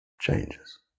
changes